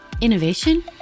Innovation